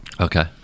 okay